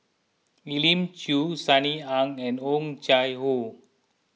Elim Chew Sunny Ang and Oh Chai Hoo